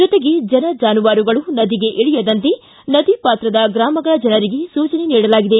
ಜೊತೆಗೆ ಜನ ಜಾನುವಾರುಗಳು ನದಿಗೆ ಇಳಿಯದಂತೆ ನದಿ ಪಾತ್ರದ ಗ್ರಾಮಗಳ ಜನರಿಗೆ ಸೂಚನೆ ನೀಡಲಾಗಿದೆ